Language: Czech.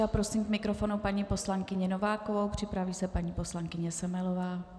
A prosím k mikrofonu paní poslankyni Novákovou, připraví se paní poslankyně Semelová.